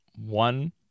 one